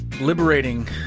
liberating